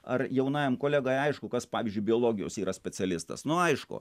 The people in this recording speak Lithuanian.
ar jaunajam kolegai aišku kas pavyzdžiui biologijos yra specialistas nu aišku